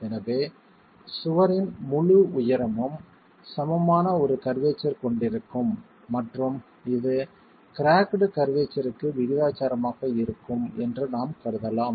எனவே சுவரின் முழு உயரமும் சமமான ஒரு கர்வேச்சர் கொண்டிருக்கும் மற்றும் இது கிராக்டு கர்வேச்சர்க்கு விகிதாசாரமாக இருக்கும் என்று நாம் கருதலாம்